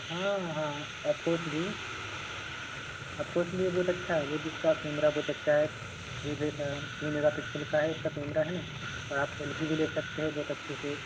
हाँ हाँ अफ्कोर्सली अफ्कोर्सली ये बहुत अच्छा है वो इसका कैमरा बहुत अच्छा है थ्री मेगापिक्सल का है इसका कैमरा है ना और आप सेल्फी भी ले सकते हैं बहुत अच्छी से